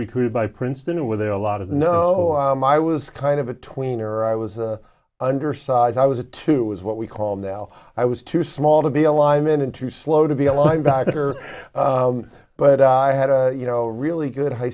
recruited by princeton with a lot of no i was kind of a tweener i was an undersized i was a two was what we call now i was too small to be a lineman and too slow to be a linebacker but i had a you know really good high